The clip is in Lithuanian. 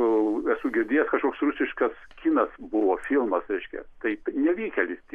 e esu girdėjęs kažkoks rusiškas kinas buvo filmas reiškia taip nevykėlis ti